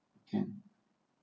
can